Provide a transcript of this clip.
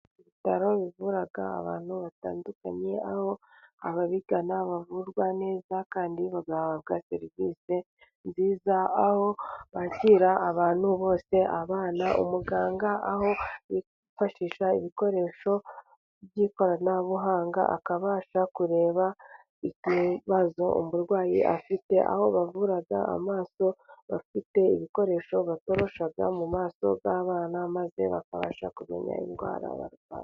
Ibi bitaro bivura abantu batandukanye, aho ababigana bavurwa neza kandi bagahabwa serivisi nziza, aho bakira abantu bose, abana, umuganga aho yifashisha ibikoresho by'ikoranabuhanga akabasha kureba ibibazo umurwayi afite, aho bavura amaso bafite ibikoresho batorosha mu maso y'abana maze bakabasha kumenya indwara bafite.